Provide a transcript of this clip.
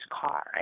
car